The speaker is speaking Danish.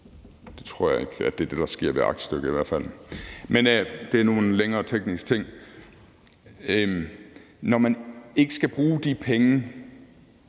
Det tror jeg i hvert fald ikke sker ved et aktstykke, men det er nu en længere teknisk ting. Når man ikke skal bruge de penge,